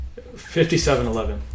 5711